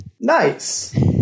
nice